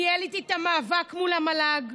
ניהל איתי את המאבק מול המל"ג,